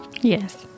Yes